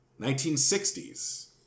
1960s